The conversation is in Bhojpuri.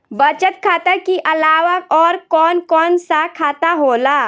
बचत खाता कि अलावा और कौन कौन सा खाता होला?